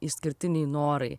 išskirtiniai norai